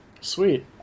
Sweet